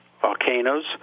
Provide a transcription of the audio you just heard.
volcanoes